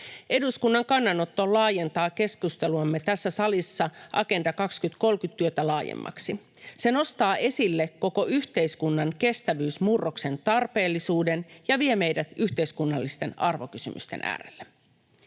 Eduskunnan kannanotto laajentaa keskusteluamme tässä salissa Agenda 2030 ‑työtä laajemmaksi. Se nostaa esille koko yhteiskunnan kestävyysmurroksen tarpeellisuuden ja vie meidät yhteiskunnallisten arvokysymysten äärelle.